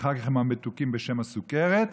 ואחר כך עם המתוקים בשם הסוכרת.